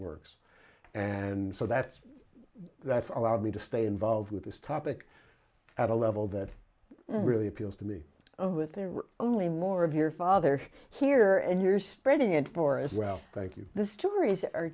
works and so that's that's all out of me to stay involved with this topic at a level that really appeals to me oh if there were only more of your father here and you're spreading it for us well thank you this juries are